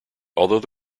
although